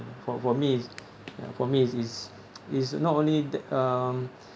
for for me for me it's it's it's not only the um